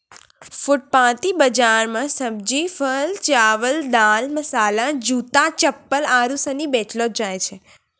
फुटपाटी बाजार मे सब्जी, फल, चावल, दाल, मसाला, जूता, चप्पल आरु सनी बेचलो जाय छै